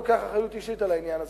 גם לוקח אחריות אישית לעניין הזה,